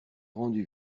rendu